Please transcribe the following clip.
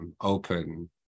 open